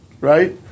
right